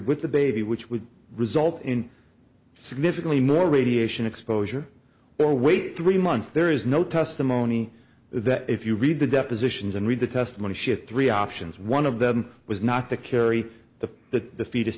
with the baby which would result in significantly more radiation exposure or wait three months there is no testimony that if you read the depositions and read the testimony shift three options one of them was not to carry the the fetus